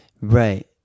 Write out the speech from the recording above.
Right